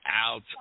out